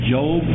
Job